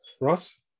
ross